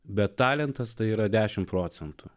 bet talentas tai yra dešim procentų